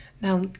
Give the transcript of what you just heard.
Now